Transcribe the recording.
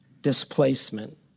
Displacement